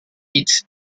its